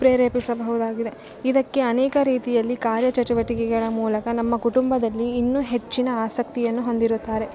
ಪ್ರೇರೇಪಿಸಬಹುದಾಗಿದೆ ಇದಕ್ಕೆ ಅನೇಕ ರೀತಿಯಲ್ಲಿ ಕಾರ್ಯ ಚಟುವಟಿಕೆಗಳ ಮೂಲಕ ನಮ್ಮ ಕುಟುಂಬದಲ್ಲಿ ಇನ್ನು ಹೆಚ್ಚಿನ ಆಸಕ್ತಿಯನ್ನು ಹೊಂದಿರುತ್ತಾರೆ